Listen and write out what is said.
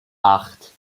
acht